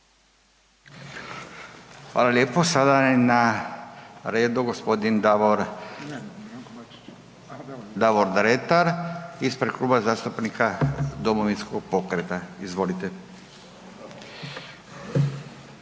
Hvala lijepo. Sada je na redu gospodin Davor Dretar, ispred Kluba zastupnika Domovinskog pokreta. Izvolite.